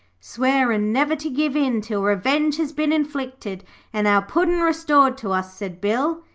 swearin never to give in till revenge has been inflicted and our puddin' restored to us said bill.